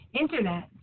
internet